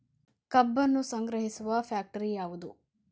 ಕಬ್ಬನ್ನು ಸಂಗ್ರಹಿಸುವ ಫ್ಯಾಕ್ಟರಿ ಯಾವದು?